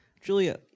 Julia